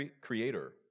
creator